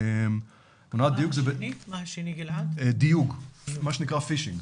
מה שנקרא פישינג.